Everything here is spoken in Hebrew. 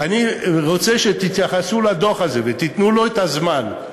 אני רוצה שתתייחסו לדוח הזה ותיתנו לו את הזמן.